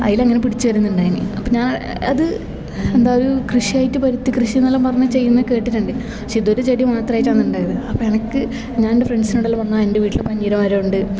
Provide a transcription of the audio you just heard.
അതിലിങ്ങനെ പിടിച്ച് വരുന്നൊണ്ടായിനി അപ്പം ഞാൻ അത് എന്താ ഒരു കൃഷിയായിട്ട് പരുത്തി കൃഷീന്നെല്ലാം പറഞ്ഞ് ചെയ്യുന്നേ കേട്ടിട്ടുണ്ട് പക്ഷേ ഇതൊരു ചെടി മാത്രമായിട്ടാണ് ഉണ്ടായത് അപ്പം എനിക്ക് ഞാൻ എൻ്റെ ഫ്രണ്ട്സിനോടെല്ലാം പറഞ്ഞു എൻ്റെ വീട്ടില് പഞ്ഞീര മരം ഉണ്ട്